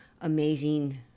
amazing